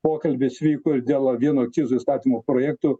pokalbis vyko ir dėl vieno akcizų įstatymo projektų